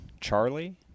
Charlie